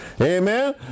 amen